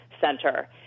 Center